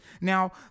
Now